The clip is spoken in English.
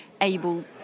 able